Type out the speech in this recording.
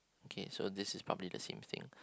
okay so this is probably the same thing